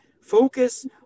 focus